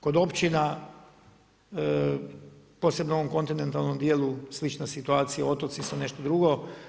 Kod općina posebno u ovom kontinentalnom dijelu slična situacija, otoci su nešto drugo.